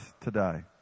today